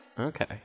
Okay